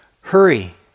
Hurry